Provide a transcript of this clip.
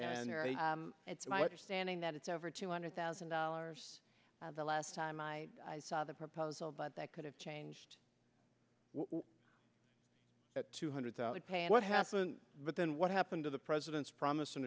and it's my understanding that it's over two hundred thousand dollars the last time i saw the proposal but that could have changed at two hundred thousand paying what happened but then what happened to the president's promis